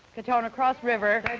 katona cross river,